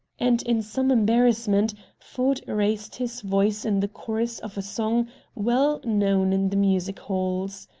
and in some embarrassment ford raised his voice in the chorus of a song well known in the music-halls.